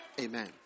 Amen